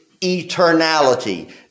eternality